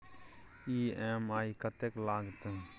EMI कत्ते लगतै?